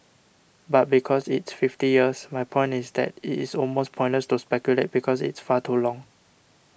but because it's fifty years my point is that it is almost pointless to speculate because it's far too long